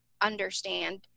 understand